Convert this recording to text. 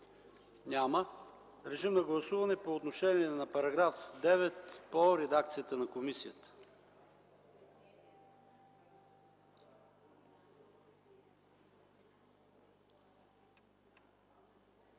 Няма. Режим на гласуване по отношение на § 4 по редакцията на комисията.